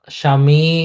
Shami